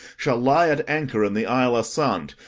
shall lie at anchor in the isle asant,